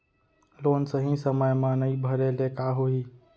Loan सही समय मा नई भरे ले का होही?